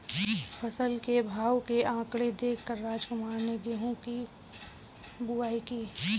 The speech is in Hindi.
फसल के भाव के आंकड़े देख कर रामकुमार ने गेहूं की बुवाई की